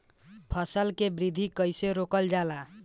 फसल के वृद्धि कइसे रोकल जाला?